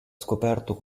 scoperto